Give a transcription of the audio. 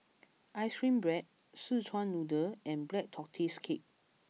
Ice Cream Bread Szechuan Noodle and Black Tortoise Cake